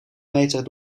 meter